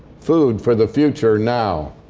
food for the future now.